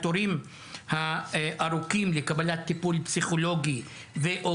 התורים הארוכים לקבלת טיפול פסיכולוגי ו/או